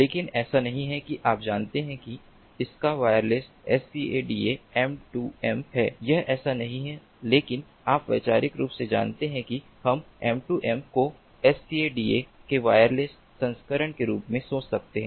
लेकिन ऐसा नहीं है कि आप जानते हैं कि इसका वायरलेस SCADA M2M है यह ऐसा नहीं है लेकिन आप वैचारिक रूप से जानते हैं कि हम M2M को SCADA के वायरलेस संस्करण के रूप में सोच सकते हैं